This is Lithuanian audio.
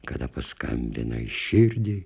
kada paskambina į širdį